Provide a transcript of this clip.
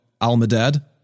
Almadad